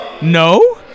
No